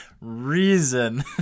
reason